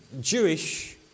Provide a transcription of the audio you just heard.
Jewish